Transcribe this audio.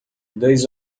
dois